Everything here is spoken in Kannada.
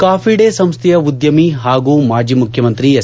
ಕಾಫಿ ಡೇ ಸಂಸ್ಥೆಯ ಉದ್ಯಮಿ ಹಾಗೂ ಮಾಜಿ ಮುಖ್ಯಮಂತ್ರಿ ಎಸ್